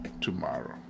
tomorrow